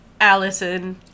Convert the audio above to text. Allison